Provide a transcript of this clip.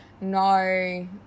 no